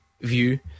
view